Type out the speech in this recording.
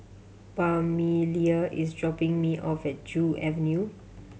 Pamelia is dropping me off at Joo Avenue